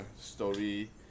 story